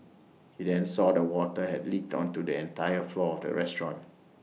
he then saw the water had leaked onto the entire floor of the restaurant